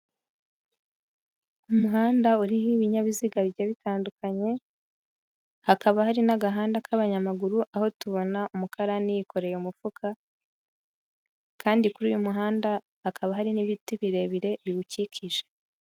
Umuhanda uriho ibinyabiziga bigiye bitandukanye, hakaba hari n'agahanda k'abanyamaguru, aho tubona umukarani yikoreye umufuka kandi kuri uyu muhanda hakaba hari n'ibiti birebire biwukikije.